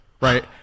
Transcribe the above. right